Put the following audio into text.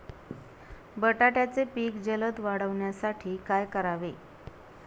बटाट्याचे पीक जलद वाढवण्यासाठी काय करावे?